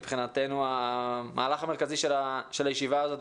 מבחינתנו, המהלך המרכזי של הישיבה הזאת.